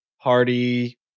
party